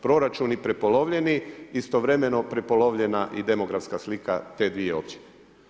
Proračuni prepolovljeni, istovremeno prepolovljena i demografska slika te dvije općine.